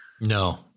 No